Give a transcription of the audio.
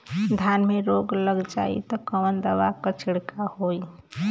धान में रोग लग जाईत कवन दवा क छिड़काव होई?